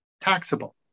taxable